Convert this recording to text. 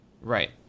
right